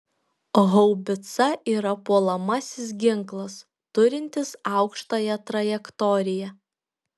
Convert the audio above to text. haubica yra puolamasis ginklas turintis aukštąją trajektoriją